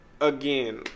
again